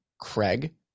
Craig